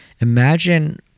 imagine